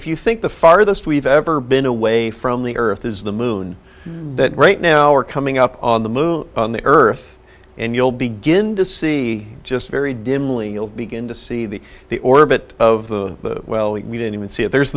if you think the farthest we've ever been away from the earth is the moon that right now are coming up on the moon on the earth and you'll begin to see just very dimly you'll begin to see the the orbit of the well we don't even see it there's